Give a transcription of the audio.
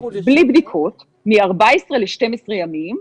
בלי בדיקות מ-14 ל-12 ימים,